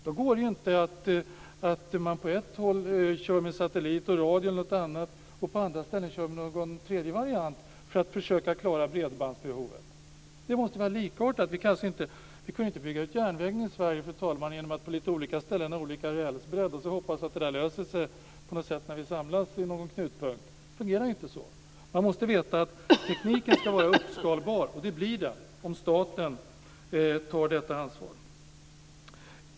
Då går det inte att man på ett håll kör med satellit, radio eller något annat och på andra ställen kör med någon tredje variant för att försöka klara bredbandsbehovet. Det måste vara likartat. Vi kunde inte bygga ut järnvägen i Sverige, fru talman, genom att ha lite olika rälsbredd på olika ställen och sedan hoppas att det där löser sig på något sätt när vi samlas vid någon knutpunkt. Det fungerar inte så. Man måste veta att tekniken ska vara uppskalbar, och det blir den om staten tar detta ansvar.